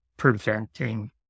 preventing